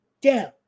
down